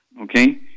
Okay